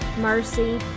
mercy